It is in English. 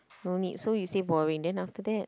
no need so you say boring then after that